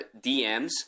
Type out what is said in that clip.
DMs